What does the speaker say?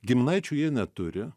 giminaičių jie neturi